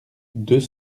deux